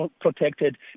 protected